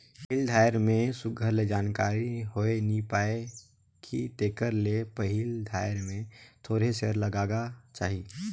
पहिल धाएर में सुग्घर ले जानकारी होए नी पाए कि तेकर ले पहिल धाएर में थोरहें सेयर लगागा चाही